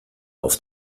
auf